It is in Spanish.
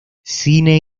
cine